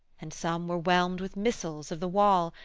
and some were whelmed with missiles of the wall,